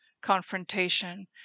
confrontation